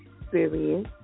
experience